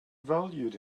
valued